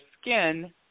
skin